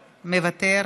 מוותר.